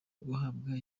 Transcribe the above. guhabwa